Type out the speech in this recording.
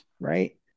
right